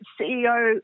CEO